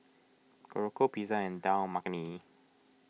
Korokke Pizza and Dal Makhani